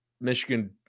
Michigan